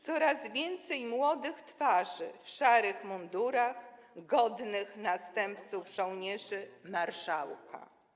Coraz więcej jest młodych twarzy w szarych mundurach - godnych następców żołnierzy marszałka.